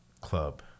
club